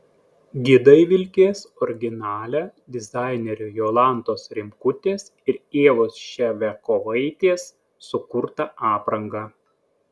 gidai vilkės originalia dizainerių jolantos rimkutės ir ievos ševiakovaitės sukurta apranga